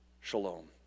shalom